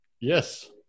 Yes